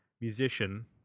musician